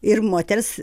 ir moters